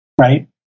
right